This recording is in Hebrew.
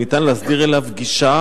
ניתן להסדיר אליו גישה